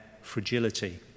fragility